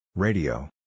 Radio